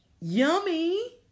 Yummy